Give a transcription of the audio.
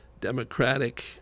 democratic